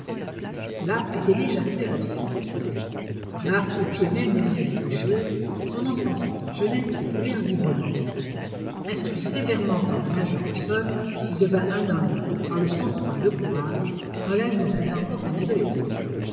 là était né jasper hobson là au pied même des montagnes rocheuses son enfance et sa jeunesse s'écoulèrent librement instruit sévèrement par le major hobson il devint un homme par le sang-froid et le courage quand l'âge n'en faisait encore qu'un adolescent